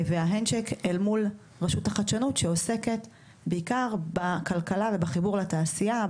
והאנד צ'ק אל מול רשות לחדשנות שעוסקת בעיקר בכלכלה ובחיבור לתעשייה,